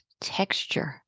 texture